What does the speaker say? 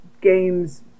games